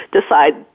decide